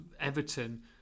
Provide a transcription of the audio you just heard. Everton